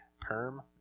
perm